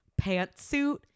pantsuit